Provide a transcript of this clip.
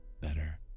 better